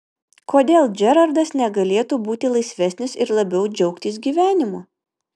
kodėl džerardas negalėtų būti laisvesnis ir labiau džiaugtis gyvenimu